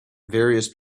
various